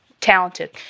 talented